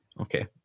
okay